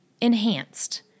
enhanced